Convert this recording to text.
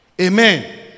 Amen